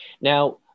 Now